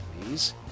please